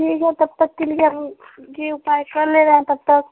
ठीक है तब तक के लिए यह उपाय कर ले रहें हैं तब तक